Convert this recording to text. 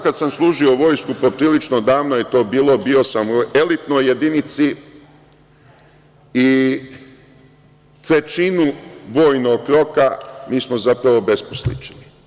Kada sam služio vojsku, poprilično davno je to bilo, bio sam u elitnoj jedinici i trećinu vojno roka mi smo zapravo besposličarili.